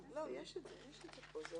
יש את זה פה.